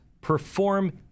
perform